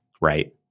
right